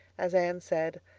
as anne said,